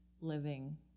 living